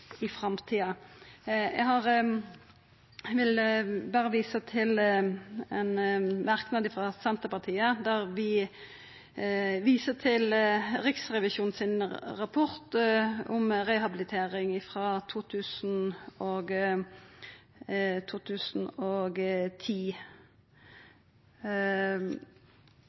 i framtida. Eg vil berre visa til ein merknad frå Senterpartiet, der vi viser til Riksrevisjonen sin rapport om rehabilitering frå 2010